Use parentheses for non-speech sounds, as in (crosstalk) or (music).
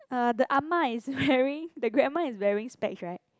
uh the ah ma is wearing (laughs) the grandma is wearing specs right